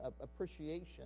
appreciation